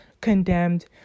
Condemned